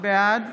בעד